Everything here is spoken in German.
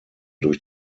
durch